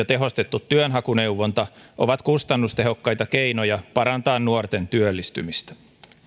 tehostettu työnhakuneuvonta ovat kustannustehokkaita keinoja parantaa nuorten työllistymistä